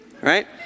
Right